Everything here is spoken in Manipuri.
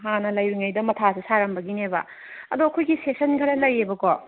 ꯍꯥꯟꯅ ꯂꯩꯔꯤꯉꯩꯗ ꯃꯊꯥꯁꯤ ꯁꯥꯔꯝꯕꯒꯤꯅꯦꯕ ꯑꯗꯣ ꯑꯩꯈꯣꯏꯒꯤ ꯁꯦꯁꯟ ꯈꯔ ꯂꯩꯌꯦꯕꯀꯣ